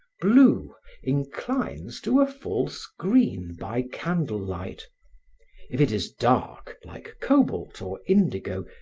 blue inclines to a false green by candle light if it is dark, like cobalt or indigo,